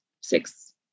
six